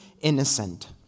innocent